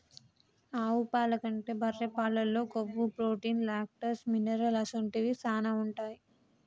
ఆవు పాల కంటే బర్రె పాలల్లో కొవ్వు, ప్రోటీన్, లాక్టోస్, మినరల్ అసొంటివి శానా ఉంటాయి